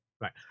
right